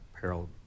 peril